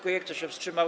Kto się wstrzymał?